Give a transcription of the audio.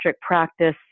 practice